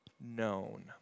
known